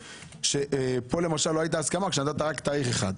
פה למשל לא הייתה הסכמה כשנתת רק תאריך אחד,